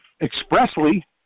expressly